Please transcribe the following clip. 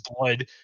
blood